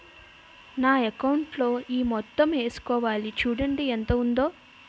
నా అకౌంటులో ఈ మొత్తం ఏసుకోవాలి చూడండి ఎంత ఉందో